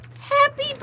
Happy